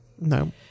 No